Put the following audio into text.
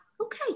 okay